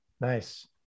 nice